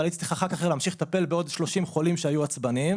אבל הייתי צריך אחר כך להמשיך לטפל בעוד 30 חולים שהיו עצבניים,